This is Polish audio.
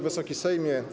Wysoki Sejmie!